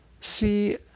see